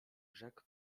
rzekł